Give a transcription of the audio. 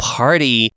party